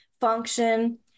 function